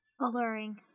alluring